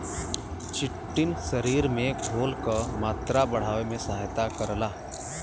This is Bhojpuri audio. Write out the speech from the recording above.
चिटिन शरीर में घोल क मात्रा बढ़ावे में सहायता करला